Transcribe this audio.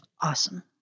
awesome